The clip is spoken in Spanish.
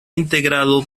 integrado